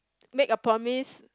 make a promise